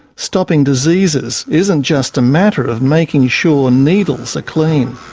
stopping diseases isn't just a matter of making sure needles are clean.